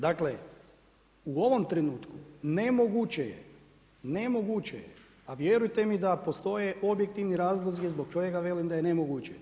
Dakle, u ovom trenutku, nemoguće je, a vjerujte mi da postoje objektivni razlozi zbog kojega velim da je nemoguće.